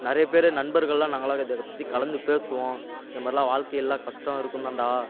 நிறையா பேர் நண்பர்கள்லாம் நாங்கள் இதை பற்றி கலந்து பேசுவோம் இந்த மாதிரிலாம் வாழ்க்கை எல்லாம் கஷ்டம் இருக்கும் தான்டா